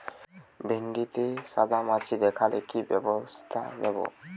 ভিন্ডিতে সাদা মাছি দেখালে কি ব্যবস্থা নেবো?